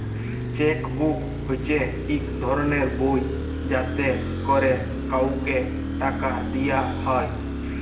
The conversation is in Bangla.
চ্যাক বুক হছে ইক ধরলের বই যাতে ক্যরে কাউকে টাকা দিয়া হ্যয়